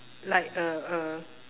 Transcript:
like uh uh